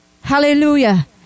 Hallelujah